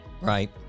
right